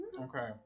Okay